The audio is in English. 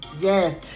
Yes